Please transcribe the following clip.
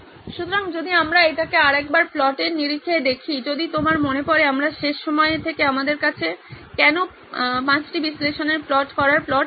সুতরাং যদি আমরা এটিকে আরেকবার প্লটের নিরিখে দেখি যদি আপনার মনে পড়ে আমার শেষ সময় থেকে আমাদের কাছে কেন 5 টি বিশ্লেষণের প্লট করার প্লট ছিল